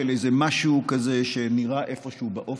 של איזה משהו כזה שנראה איפשהו באופק.